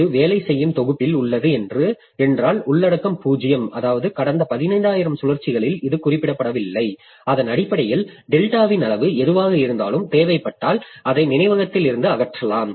இது வேலை செய்யும் தொகுப்பில் உள்ளது என்றால் உள்ளடக்கம் 0 அதாவது கடந்த 15000 சுழற்சிகளில் இது குறிப்பிடப்படவில்லை அதன் அடிப்படையில் டெல்டாவின் அளவு எதுவாக இருந்தாலும் தேவைப்பட்டால் அதை நினைவகத்திலிருந்து அகற்றலாம்